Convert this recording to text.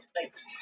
Thanks